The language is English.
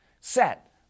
set